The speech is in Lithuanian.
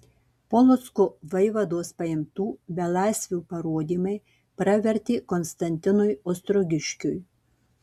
polocko vaivados paimtų belaisvių parodymai pravertė konstantinui ostrogiškiui